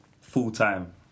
full-time